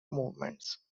movements